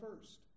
first